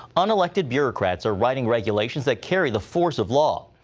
unelected bureaucrats are writing regulations that carry the force of law.